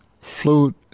flute